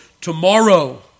tomorrow